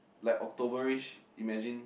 like Octoberish imagine